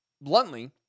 bluntly